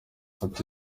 ati